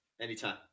anytime